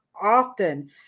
often